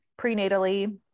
prenatally